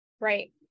Right